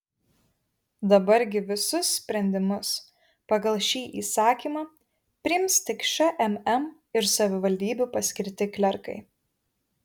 dabar gi visus sprendimus pagal šį įsakymą priims tik šmm ir savivaldybių paskirti klerkai